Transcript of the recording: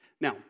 Now